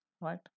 Right